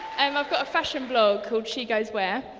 um ah got a fashion blog called she goes wear.